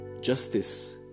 justice